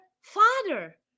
father